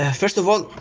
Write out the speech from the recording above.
ah first of all,